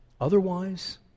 Otherwise